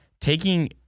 taking